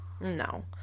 No